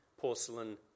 porcelain